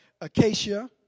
Acacia